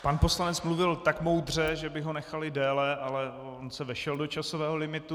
Pan poslanec mluvil tak moudře, že bych ho nechal i déle, ale on se vešel do časového limitu.